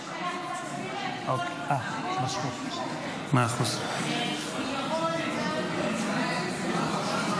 חברי הכנסת, אנחנו נעבור להצבעה.